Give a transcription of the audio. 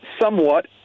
Somewhat